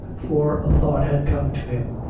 for a thought had come to him.